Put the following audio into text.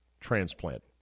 transplant